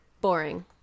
Boring